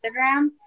instagram